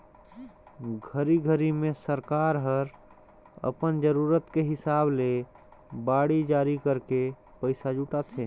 घरी घरी मे सरकार हर अपन जरूरत के हिसाब ले बांड जारी करके पइसा जुटाथे